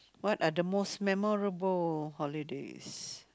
what are the most memorable holidays